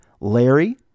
Larry